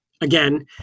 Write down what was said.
again